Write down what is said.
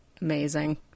amazing